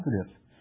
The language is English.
positive